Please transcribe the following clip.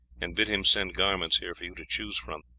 and bid him send garments here for you to choose from,